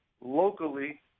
locally